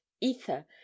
ether